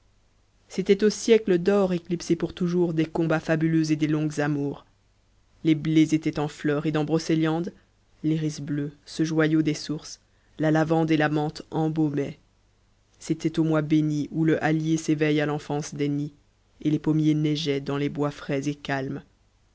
c'était aux siècles d'or éclipsés pour toujours des combats fabuleux et des longues amours les blés étaient en heur et dans brocétiande l'iris bleu ce joyau des sources la lavande et la menthe embaumaient c'était aux mois bénis où le hattier s'éveille à l'enfance des nids et les pommiers neigeaient dans les bois frais et calmes